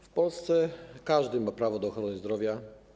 W Polsce każdy ma prawo do ochrony zdrowia.